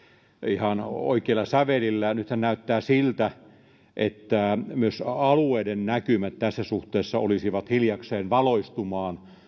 ihan oikeilla sävelillä nythän näyttää siltä että myös alueiden näkymät tässä suhteessa olisivat hiljakseen valostumaan